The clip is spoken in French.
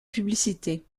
publicité